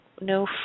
no